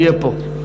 יהיה פה.